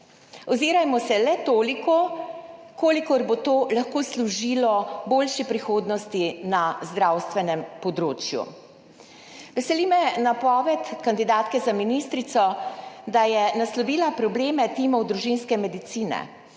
Ozirajmo se le toliko, kolikor bo to lahko služilo boljši prihodnosti na zdravstvenem področju. Veseli me napoved kandidatke za ministrico, da je naslovila probleme timov družinske medicine,